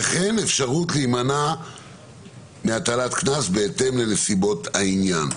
וכן באפשרות להימנע מהטלת קנס בהתאם לנסיבות העניין".